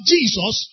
Jesus